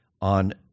on